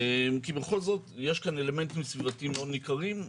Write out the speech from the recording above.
כי בכל זאת יש כאן אלמנטים סביבתיים מאוד ניכרים.